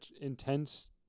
intense